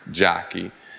jockey